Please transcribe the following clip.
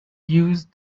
used